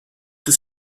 des